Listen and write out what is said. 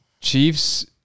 Chiefs